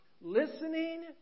Listening